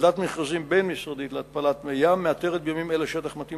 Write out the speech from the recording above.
ועדת מכרזים בין-משרדית להתפלת מי-ים מאתרת בימים אלה שטח מתאים